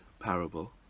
parable